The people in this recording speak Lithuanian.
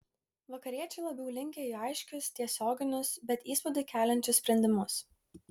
vakariečiai labiau linkę į aiškius tiesioginius bet įspūdį keliančius sprendimus